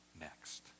next